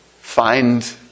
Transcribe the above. find